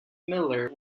miller